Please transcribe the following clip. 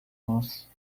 muss